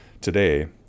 today